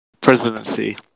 presidency